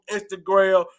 Instagram